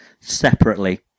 Separately